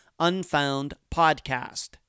unfoundpodcast